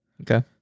Okay